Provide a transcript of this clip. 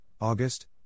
August